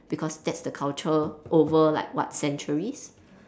because that's the culture over like what centuries